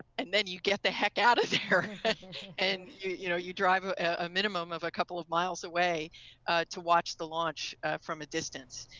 and then you get the heck out of there and you know you drive ah a minimum of a couple miles away to watch the launch from a distance,